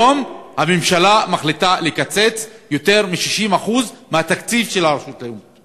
היום הממשלה מחליטה לקצץ יותר מ-60% מהתקציב של הרשות הלאומית